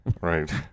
Right